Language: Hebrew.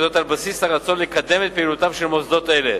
וזאת על בסיס הרצון לקדם את פעילותם של מוסדות אלה.